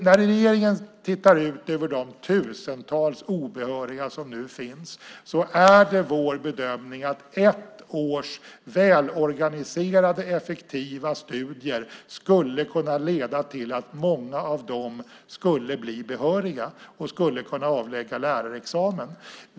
När regeringen tittar ut över de tusentals obehöriga som nu finns är vår bedömning att ett års välorganiserade effektiva studier skulle kunna leda till att många av dem skulle bli behöriga och skulle kunna avlägga lärarexamen.